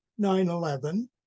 9-11